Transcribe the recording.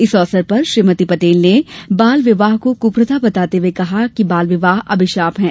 इस अवसर पर श्रीमती पटेल ने बाल विवाह को कुप्रथा बताते हुए कहा कि बाल विवाह अभिशाप हैं